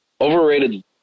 Overrated